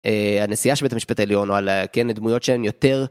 הנשיאה של בית המשפט העליון או על דמויות שהן יותר.